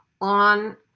on